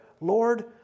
Lord